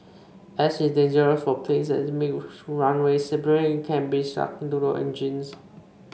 ash is dangerous for planes as it makes runways slippery and can be sucked into their engines